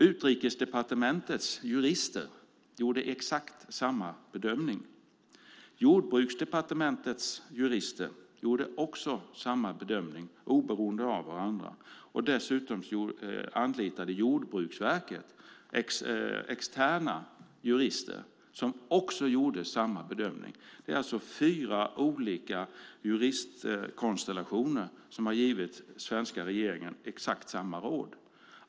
Utrikesdepartementets jurister gjorde exakt samma bedömning. Jordbruksdepartementets jurister gjorde också det, oberoende av varandra. Dessutom anlitade Jordbruksverket externa jurister som även de gjorde samma bedömning. Fyra olika juristkonstellationer har alltså gett den svenska regeringen exakt samma råd.